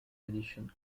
edition